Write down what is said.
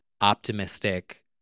optimistic